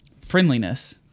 Friendliness